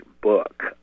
book